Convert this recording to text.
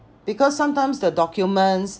because sometimes the documents